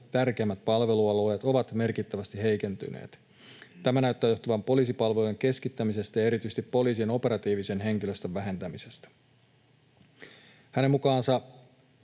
tärkeimmät palvelualueet ovat merkittävästi heikentyneet. Tämä näyttää johtuvan poliisipalvelujen keskittämisestä ja erityisesti poliisin operatiivisen henkilöstön vähentämisestä. Hänen mukaansa